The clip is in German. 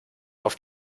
auf